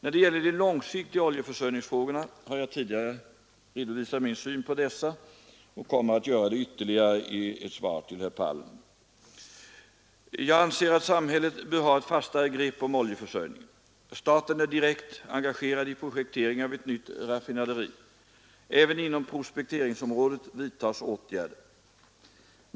När det gäller de långsiktiga oljeförsörjningsfrågorna har jag tidigare i dag redovisat min syn på dessa och kommer att göra det ytterligare i svaret på en interpellation av herr Palm. Jag anser att samhället bör ha ett fastare grepp om oljeförsörjningen. Staten är direkt engagerad i projektering av ett nytt raffinaderi. Även inom prospekteringsområdet vidtas åtgärder.